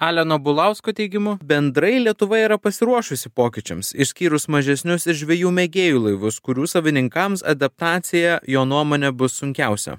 aleno bulausko teigimu bendrai lietuva yra pasiruošusi pokyčiams išskyrus mažesnius ir žvejų mėgėjų laivus kurių savininkams adaptacija jo nuomone bus sunkiausia